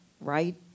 right